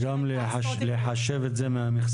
וגם לחשב את זה מהמכסה?